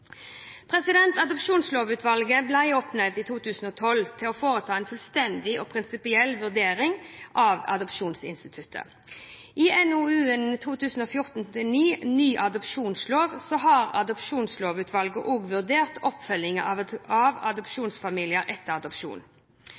Adopsjonslovutvalget ble oppnevnt i 2012 til å foreta en fullstendig og prinsipiell vurdering av adopsjonsinstituttet. I NOU 2014:9 Ny adopsjonslov har Adopsjonslovutvalget også vurdert oppfølging av adopsjonsfamilier etter adopsjon.